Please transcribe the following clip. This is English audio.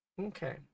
Okay